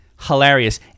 hilarious